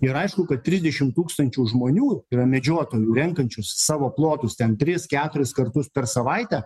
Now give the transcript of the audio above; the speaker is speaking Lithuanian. ir aišku kad trisdešim tūkstančių žmonių yra medžiotojų renkančių savo plotus ten tris keturis kartus per savaitę